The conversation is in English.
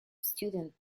student